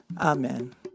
Amen